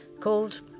called